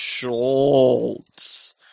Schultz